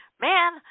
man